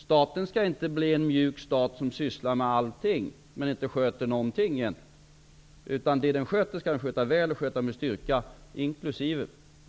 Staten skall inte bli en mjuk stat som sysslar med allting, men egentligen inte sköter någonting. Det den sköter, inkl.